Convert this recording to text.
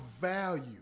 value